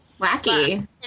Wacky